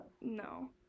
No